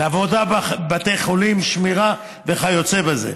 לעבודה בבתי חולים, שמירה, וכיוצא בזה.